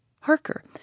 Harker